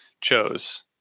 chose